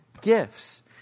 gifts